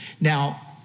Now